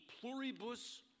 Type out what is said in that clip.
pluribus